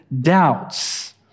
doubts